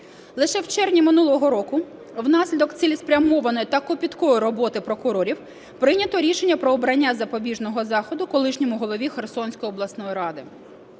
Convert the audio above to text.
Лише в червні минулого року, внаслідок цілеспрямованої та копіткої роботи прокурорів, прийнято рішення про обрання запобіжного заходу колишньому голові Херсонської обласної ради.